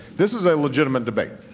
this is a legitimate debate.